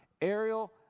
Ariel